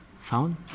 Found